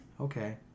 okay